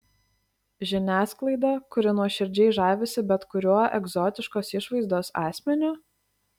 žiniasklaidą kuri nuoširdžiai žavisi bet kuriuo egzotiškos išvaizdos asmeniu